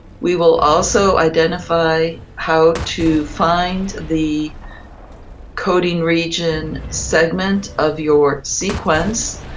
we will also identify how to find the coding region segment of your sequence,